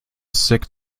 sick